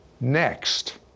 next